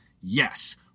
Yes